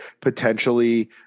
potentially